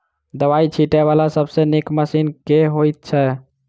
दवाई छीटै वला सबसँ नीक मशीन केँ होइ छै?